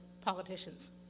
politicians